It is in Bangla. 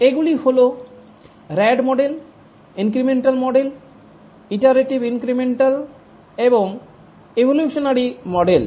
এগুলি হল RAD model incremental model iterative incremental এবং এভোলিউশনারী মডেল